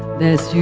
this